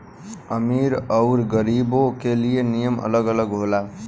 अमीर अउर गरीबो के लिए नियम अलग होला